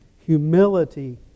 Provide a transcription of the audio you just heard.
humility